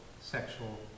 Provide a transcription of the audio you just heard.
sexual